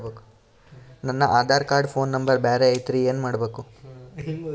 ನನ Aadhaar card phone number ಬ್ಯಾರೆ ಐತ್ರಿ ಏನ ಮಾಡಬೇಕು?